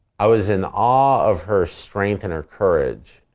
i was in awe of her strength and her courage.